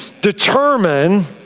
determine